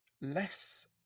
less